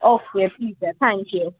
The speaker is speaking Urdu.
اوکے ٹھیک ہے تھینک یو